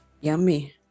Yummy